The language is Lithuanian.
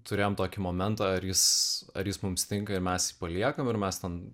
turėjom tokį momentą ar jis ar jis mums tinka ir mes jį paliekam ir mes ten